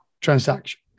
transaction